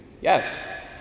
Yes